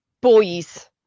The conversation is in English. boys